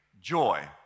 joy